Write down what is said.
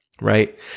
right